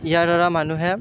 ইয়াৰ দ্বাৰা মানুহে